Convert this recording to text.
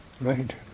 right